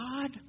God